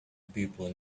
people